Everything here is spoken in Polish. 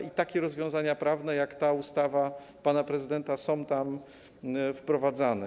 I takie rozwiązania prawne, jak ta ustawa pana prezydenta, są tam wprowadzane.